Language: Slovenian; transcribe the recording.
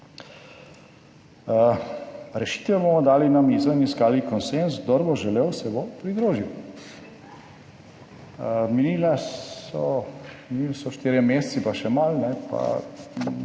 Rešitve bomo dali na mizo in iskali konsenz, kdor bo želel, se bo pridružil.« Minili so štirje meseci, pa še malo